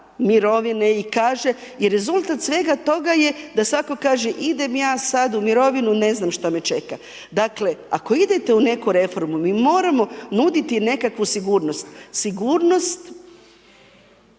mirovine i kaže i rezultat svega toga je da svako kaže idem ja sad u mirovinu, ne znam šta me čeka. Dakle, ako idete u neku reformu mi moramo nuditi nekakvu sigurnost, sigurnost